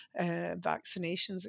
vaccinations